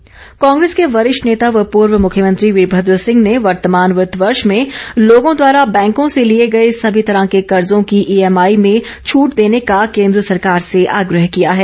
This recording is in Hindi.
वीरभद्र कांग्रेस के वरिष्ठ नेता व पूर्व मुख्यमंत्री वीरमद्र सिंह ने वर्तमान वित्त वर्ष में लोगों द्वारा बैंको से लिए गए समी तरह के कर्जो की ईएमआई में छट देने का केंद्र सरकार से आग्रह किया है